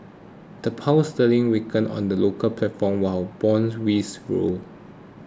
the Pound sterling weakened on the local platform while bond rose